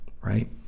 Right